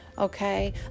Okay